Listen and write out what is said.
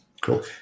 Cool